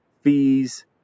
fees